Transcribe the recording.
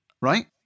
right